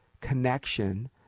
connection